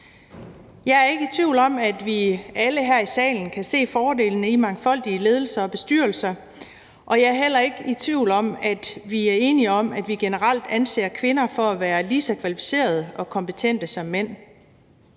Jeg er ikke i tvivl om, at vi alle her i salen kan se fordelene i mangfoldige ledelser og bestyrelser, og jeg er heller ikke i tvivl om, at vi er enige om, at vi generelt anser kvinder for at være lige så kvalificerede og kompetente som mænd.